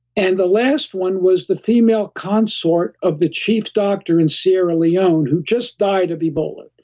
and the last one was the female consort of the chief doctor in sierra leone who just died of ebola.